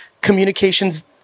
communications